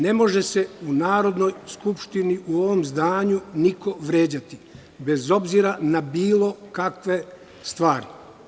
Ne može se u Narodnoj skupštini, u ovom zdanju niko vređati, bez obzira na bilo kakve stvari.